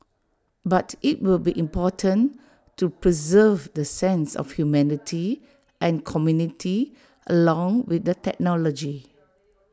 but IT will be important to preserve the sense of humanity and community along with the technology